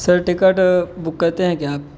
سر ticket book کرتے ہیں کیا آپ